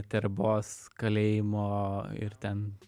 terbos kalėjimo ir ten